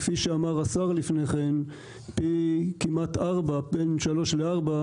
כפי שאמר לפני כן שר התקשורת זה בין שלושה לארבעה